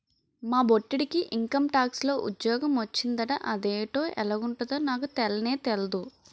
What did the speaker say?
మా బొట్టిడికి ఇంకంటాక్స్ లో ఉజ్జోగ మొచ్చిందట అదేటో ఎలగుంటదో నాకు తెల్నే తెల్దు